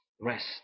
rest